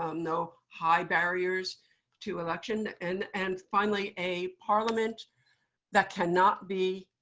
ah no high barriers to election. and and finally, a parliament that cannot be